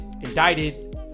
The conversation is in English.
indicted